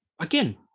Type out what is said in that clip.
again